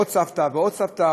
עוד סבתא ועוד סבתא,